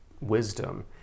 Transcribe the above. wisdom